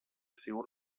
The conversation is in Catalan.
sigut